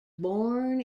born